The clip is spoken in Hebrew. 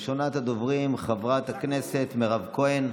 ראשונת הדוברים, חברת הכנסת מירב כהן.